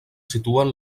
situen